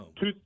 Two